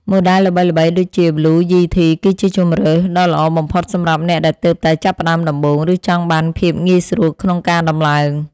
ម៉ូដែលល្បីៗដូចជាប៊្លូ យីធីគឺជាជម្រើសដ៏ល្អបំផុតសម្រាប់អ្នកដែលទើបតែចាប់ផ្តើមដំបូង ឬចង់បានភាពងាយស្រួលក្នុងការដំឡើង។